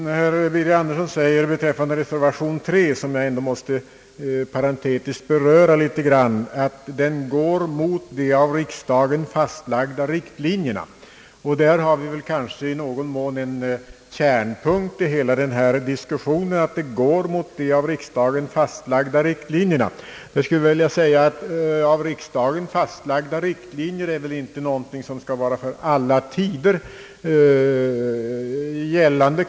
Herr Birger Andersson säger beträffande reservation 3, som jag ändå måste beröra parentetiskt, att den »går mot de av riksdagen fastlagda riktlinjerna». Där har vi kanske i någon mån en kärnpunkt i hela denna diskussion. Av riksdagen fastlagda riktlinjer är väl inte någonting som skall vara för alla tider gällande.